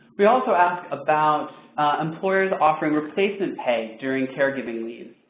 we also asked about employees offering replacement pay during caregiving leaves.